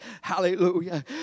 Hallelujah